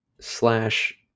slash